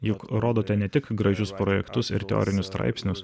juk rodote ne tik gražius projektus ir teorinius straipsnius